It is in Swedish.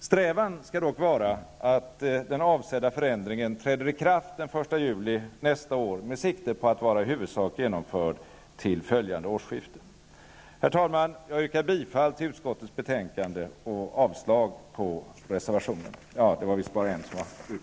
Strävan skall emellertid vara att den avsedda förändringen träder i kraft den 1 juli nästa år med sikte på att vara i huvudsak genomförd till följande årsskifte. Herr talman! Jag yrkar bifall till utskottets hemställan och avslag på reservation 1.